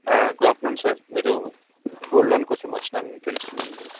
good afternoon sir మీరు gold loan కోసం వచ్చినారని తెలిసిందండి